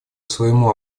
своему